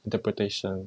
interpretation